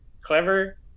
Clever